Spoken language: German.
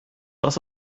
das